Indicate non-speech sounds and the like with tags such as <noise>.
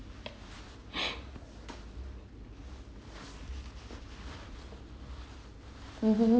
<breath> mmhmm